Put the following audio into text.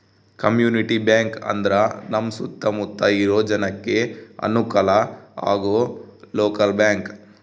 community bank ಅಂದ್ರ ನಮ್ ಸುತ್ತ ಮುತ್ತ ಇರೋ ಜನಕ್ಕೆ ಅನುಕಲ ಆಗೋ ಲೋಕಲ್ ಬ್ಯಾಂಕ್